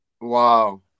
Wow